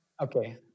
Okay